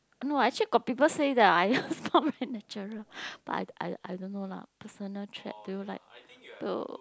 no actually got people say that I not managerial but I I don't know lah personal threat to like to